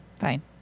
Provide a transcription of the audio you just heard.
Fine